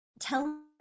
tell